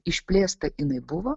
išplėsta jinai buvo